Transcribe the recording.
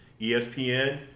ESPN